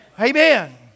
Amen